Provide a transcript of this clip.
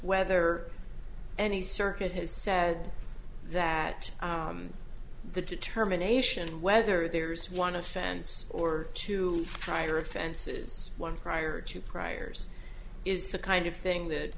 whether any circuit has said that the determination of whether there is one offense or two prior offenses one prior to priors is the kind of thing that